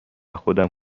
خودم